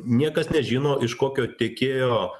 niekas nežino iš kokio tiekėjo